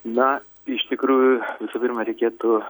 na iš tikrųjų visų pirma reikėtų